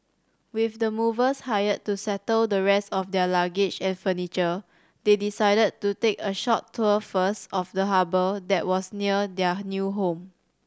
with the movers hired to settle the rest of their luggage and furniture they decided to take a short tour first of the harbour that was near their new home